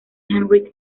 henrik